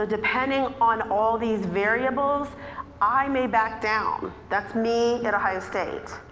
ah depending on all these variables i may back down. that's me at ohio state.